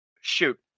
shoot